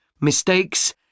mistakes